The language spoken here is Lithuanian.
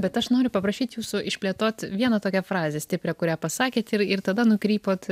bet aš noriu paprašyt jūsų išplėtot vieną tokią frazę stiprią kurią pasakėt ir ir tada nukrypote